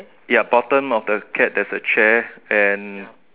ya bottom of the cat there's a chair and